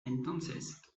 entonces